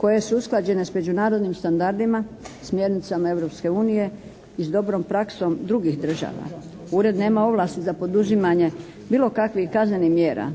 koje su usklađene s međunarodnim standardima, smjernicama Europske unije i s dobrom praksom drugih država. Ured nema ovlasti za poduzimanje bilo kakvih kaznenih mjera.